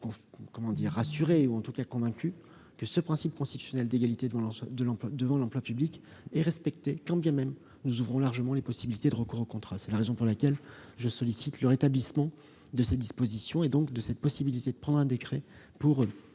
puisse être convaincu que ce principe constitutionnel d'égalité devant l'emploi public est respecté, quand bien même nous ouvrons largement les possibilités de recours aux contrats. C'est la raison pour laquelle je sollicite le rétablissement de ces dispositions et, donc, la possibilité de prendre un décret pour